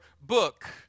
book